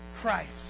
Christ